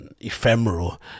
ephemeral